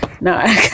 No